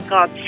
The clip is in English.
God